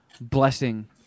blessing